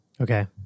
Okay